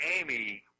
Amy